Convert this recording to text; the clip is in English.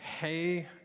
Hey